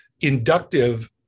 inductive